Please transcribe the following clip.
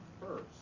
first